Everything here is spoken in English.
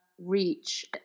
reach